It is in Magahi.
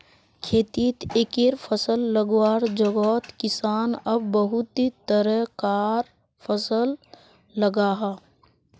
खेतित एके फसल लगवार जोगोत किसान अब बहुत तरह कार फसल लगाहा